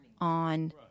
on